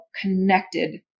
connected